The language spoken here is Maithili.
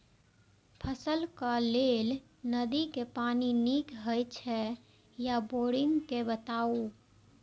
फसलक लेल नदी के पानी नीक हे छै या बोरिंग के बताऊ?